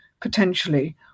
potentially